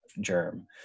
germ